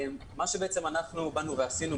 מה שאנחנו עשינו,